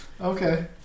Okay